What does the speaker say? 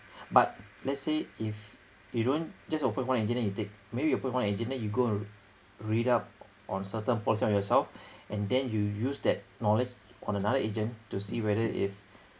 but let's say if you don't just open one agent then you take maybe you put one agent then you go and read up on certain portion yourself and then you use that knowledge on another agent to see whether if